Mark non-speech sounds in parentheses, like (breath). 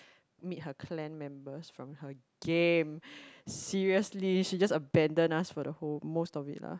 meet her clan members from her game (breath) seriously she just abandon us for the whole most of it lah